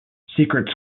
secret